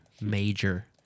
major